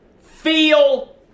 feel